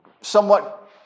somewhat